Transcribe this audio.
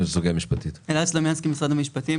משרד המשפטים.